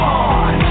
on